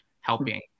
helping